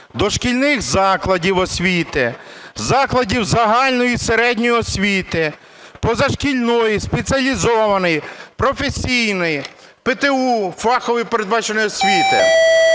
дошкільних закладів освіти, закладів загальної середньої освіти, позашкільної, спеціалізованої, професійної, ПТУ, фахової передвищої освіти. До